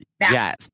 Yes